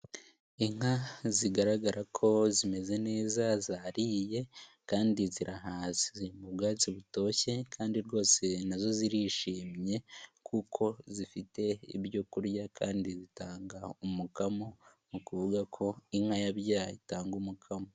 Inka zigaragara ko zimeze neza zariye kandi zirahaze ziri mu bwatsi butoshye kandi rwose nazo zirishimye kuko zifite ibyo kurya kandi zitanga umukamo mu kuvuga ko inka yabyaye itanga umukamo.